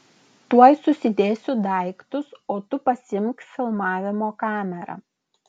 tuoj susidėsiu daiktus o tu pasiimk filmavimo kamerą